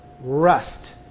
rust